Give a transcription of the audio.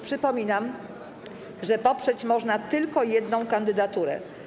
Przypominam, że poprzeć można tylko jedną kandydaturę.